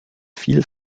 viel